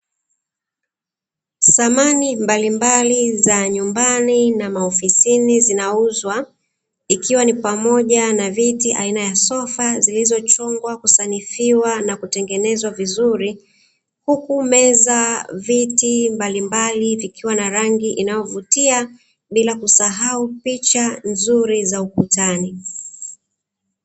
Samani mbalimbali za nyumbani na maofisini zinauzwa, ikiwa ni pamoja na viti aina ya sofa zilizochongwa, kusanifiwa na kutengenezwa vizuri, huku meza, viti mbalimbali vikiwa na rangi inayovutia bila kusahau picha nzuri za ukutani.